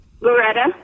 Loretta